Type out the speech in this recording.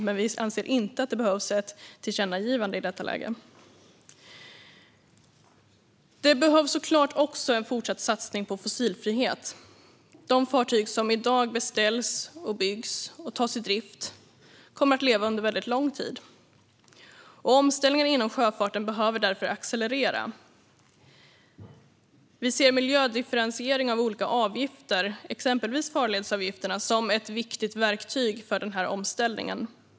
Men vi anser inte att det behövs ett tillkännagivande i detta läge. Det behövs såklart också fortsatt satsning på fossilfrihet. De fartyg som i dag beställs, byggs och tas i drift kommer att leva under väldigt lång tid. Omställningen inom sjöfarten behöver därför accelerera. Vi ser miljödifferentiering av olika avgifter, exempelvis farledsavgifter, som ett viktigt verktyg för den här omställningen.